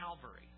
Calvary